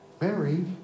Mary